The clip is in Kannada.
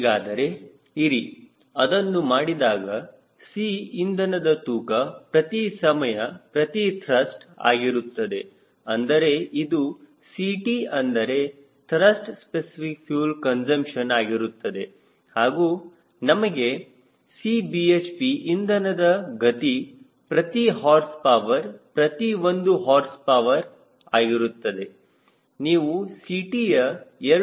ಹೀಗಾದರೆ ಇರಿ ಅದನ್ನು ಮಾಡಿದಾಗ C ಇಂಧನದ ತೂಕ ಪ್ರತಿ ಸಮಯ ಪ್ರತಿ ತ್ರಸ್ಟ್ ಆಗಿರುತ್ತದೆ ಅಂದರೆ ಇದು Ct ಅಂದರೆ ತ್ರಸ್ಟ್ ಸ್ಪೆಸಿಫಿಕ್ ಫ್ಯೂಲ್ ಕನ್ಸುಂಪ್ಷನ್ ಆಗಿರುತ್ತದೆ ಹಾಗೂ ನಮಗೆ Cbhp ಇಂಧನದ ಗತಿ ಪ್ರತಿ ಹಾರ್ಸ್ ಪವರ್ ಪ್ರತಿ ಒಂದು ಹಾರ್ಸ್ ಪವರ್ ಆಗಿರುತ್ತದೆ